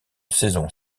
saison